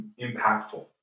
impactful